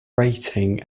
rating